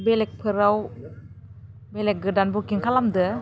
बेलेगफोराव बेलेग गोदान बुकिं खालामदो